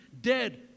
dead